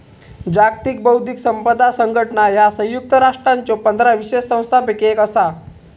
जागतिक बौद्धिक संपदा संघटना ह्या संयुक्त राष्ट्रांच्यो पंधरा विशेष संस्थांपैकी एक असा